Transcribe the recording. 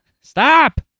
stop